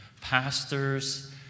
pastors